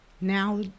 Now